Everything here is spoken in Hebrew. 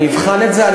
אני אבחן את זה.